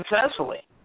successfully